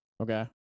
Okay